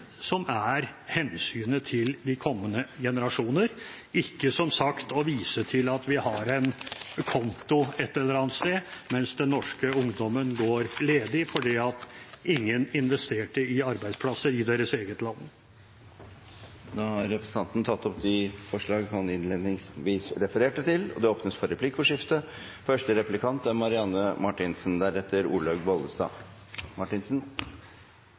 som er hensynet til de kommende generasjoner, ikke, som sagt, å vise til at vi har en konto et eller annet sted, mens den norske ungdommen går ledig fordi ingen investerte i arbeidsplasser i deres eget land. Representanten Svein Flåtten har tatt opp det forslaget han refererte til. Det blir replikkordskifte.